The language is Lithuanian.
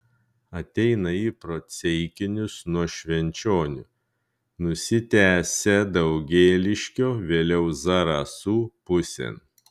ateina ji pro ceikinius nuo švenčionių nusitęsia daugėliškio vėliau zarasų pusėn